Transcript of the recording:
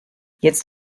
jetzt